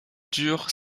dure